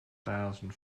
thousand